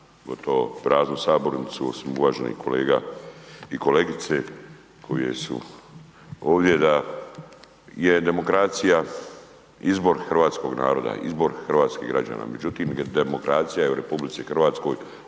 gotovo praznu sabornicu osim uvaženih kolega i kolegice koje su ovdje. Da je demokracija izbornog hrvatskog naroda, izbor hrvatskih građana međutim demokracija je u RH ubijena,